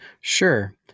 Sure